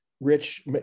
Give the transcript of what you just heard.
Rich